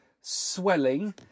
swelling